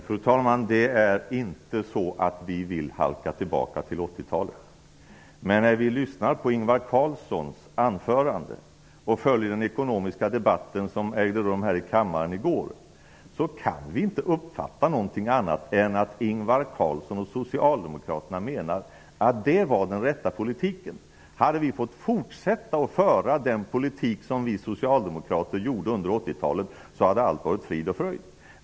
Fru talman! Det är inte så att vi vill halka tillbaka till 80-talet. Men efter att ha lyssnat till Ingvar Carlssons anförande och till den ekonomiska debatten som ägde rum här i kammaren i går, kan vi inte uppfatta någonting annat än att Ingvar Carlsson och socialdemokraterna menar att 80 talets politik var den rätta politiken. Hade de fått fortsätta att föra den politik som de förde under 80 talet, hade allt varit frid och fröjd.